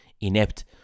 inept